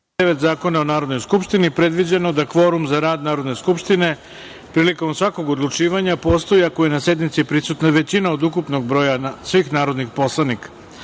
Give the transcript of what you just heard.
49. Zakona o Narodnoj skupštini predviđeno da kvorum za rad Narodne skupštine prilikom svakog odlučivanja postoji ako je na sednici prisutna većina od ukupnog broja svih narodnih poslanika. Radi